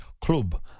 club